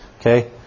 okay